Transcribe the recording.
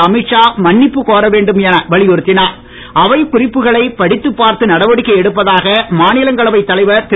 அமித்ஷா மன்னிப்பு கோர வேண்டும் என வலியுறுத்தினார்அவைக்குறிப்புகளை படித்து பார்த்து நடவடிக்கை எடுப்பதாக மாநிலங்களவைத் தலைவர் திரு